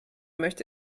möchte